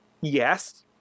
yes